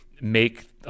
make